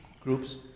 groups